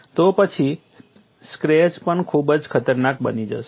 તો પછી સ્ક્રેચ પણ ખૂબ જ ખતરનાક બની જશે